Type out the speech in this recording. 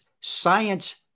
science